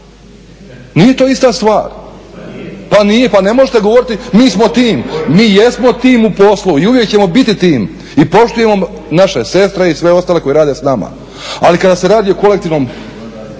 se ne čuje./… Pa nije, pa ne možete govoriti mi smo tim. Mi jesmo tim u poslu i uvijek ćemo biti tim i poštujemo naše sestre i sve ostale koji rade s nama. Ali kada se radi o kolektivno